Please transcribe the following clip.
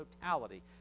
totality